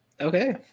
Okay